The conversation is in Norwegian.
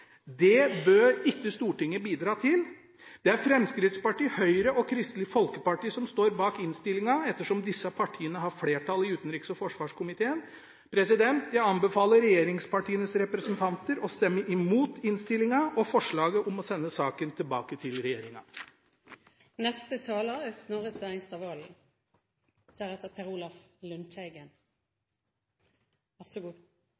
Det bør ikke Stortinget bidra til. Det er Fremskrittspartiet, Høyre og Kristelig Folkeparti som står bak innstillingen, ettersom disse partiene har flertall i utenriks- og forsvarskomiteen. Jeg anbefaler regjeringspartienes representanter å stemme imot innstillingen og forslaget om å sende saken tilbake til